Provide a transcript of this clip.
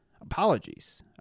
Apologies